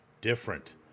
different